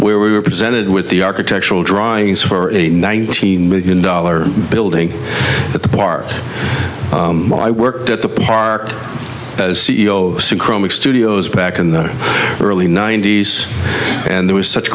where we were presented with the architectural drawings for a nineteen million dollar building at the bar i worked at the park as c e o studios back in the early nineties and there was such